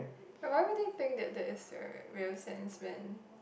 but why would they think that there is a real sense when